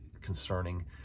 concerning